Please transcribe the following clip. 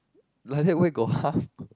like that where got half